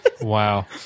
Wow